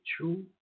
true